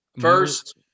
First